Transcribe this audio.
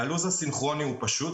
הלו"ז הסינכרוני הוא פשוט,